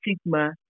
stigma